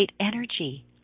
energy